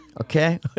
Okay